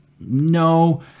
No